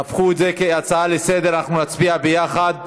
הם הפכו את זה להצעה לסדר-היום, נצביע יחד.